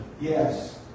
Yes